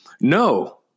No